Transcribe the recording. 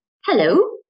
Hello